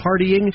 partying